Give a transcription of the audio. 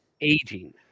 aging